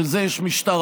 בשביל זה יש משטרה.